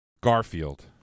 Garfield